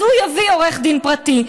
אז הוא יביא עורך דין פרטי.